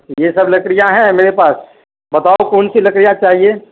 یہ سب لكڑياں ہيں ميرے پاس بتاؤ كون سى لكڑياں چاہيے